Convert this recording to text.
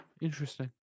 Interesting